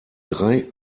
drei